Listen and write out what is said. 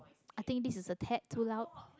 i think this is a tad too loud